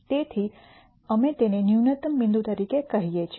તેથી અમે તેને ન્યૂનતમ બિંદુ તરીકે કહીએ છીએ